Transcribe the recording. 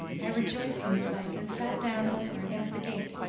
i rejoiced in the sight, and sat down over against the gate,